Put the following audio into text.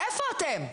איפה אתם.